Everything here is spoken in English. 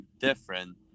different